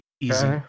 easy